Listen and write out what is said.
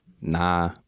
Nah